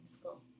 school